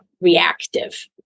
reactive